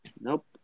Nope